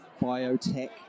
biotech